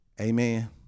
Amen